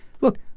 look